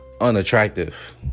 unattractive